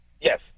Yes